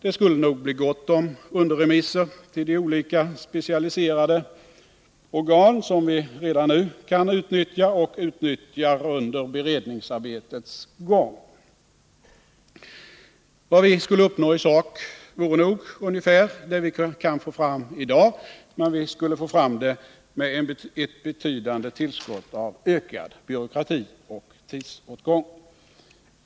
Det skulle nog bli gott om underremisser till de olika specialiserade organ som vi redan nu kan utnyttja och utnyttjar under beredningsarbetets gång. Vad vi skulle uppnå i sak vore nog ungefär det vi kan få fram i dag, men vi skulle få fram det med ett betydande tillskott av ökad byråkrati och tidsåtgång.